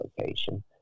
location